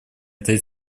этой